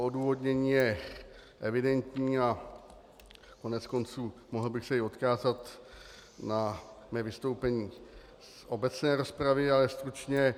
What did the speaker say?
Odůvodnění je evidentní, koneckonců mohl bych i odkázat na své vystoupení v obecné rozpravě, ale stručně.